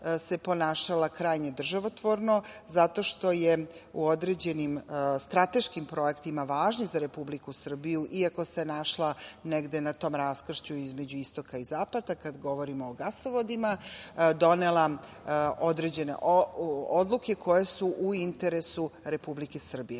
ponašala krajnje državotvorno, zato što je u određenim strateškim projektima važnim za Republiku Srbiju, iako se našla negde na tom raskršću između istoka i zapada, kada govorimo o gasovodima, donela određene odluke koje su u interesu Republike Srbije.